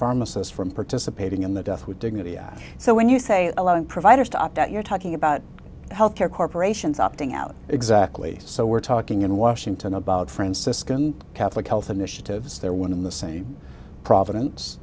pharmacists from participating in the death with dignity act so when you say a lot of providers to opt out you're talking about health care corporations opting out exactly so we're talking in washington about franciscan catholic health initiatives there one in the same providence